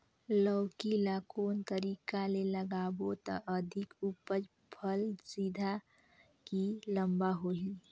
लौकी ल कौन तरीका ले लगाबो त अधिक उपज फल सीधा की लम्बा होही?